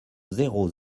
zéro